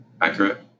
accurate